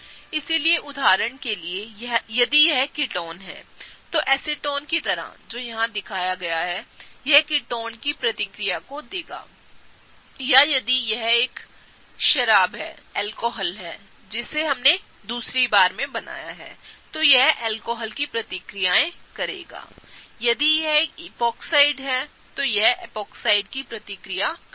इसलिए उदाहरण के लिए यदि यह कीटोन है तो एसीटोन की तरह जोवहांदिखाया गयाहै यह कीटोन की प्रतिक्रियाओं को करेगा या यदि यह एक शराब है जिसे हमने दूसरीबारमें बनाया है तोयह अल्कोहल की प्रतिक्रियाएं करेगायदि यह एक एपॉक्साइड है तो यह एपॉक्साइड की प्रतिक्रिया करेगा